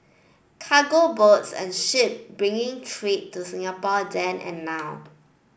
cargo boats and ship bringing trade to Singapore then and now